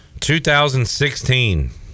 2016